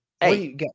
Hey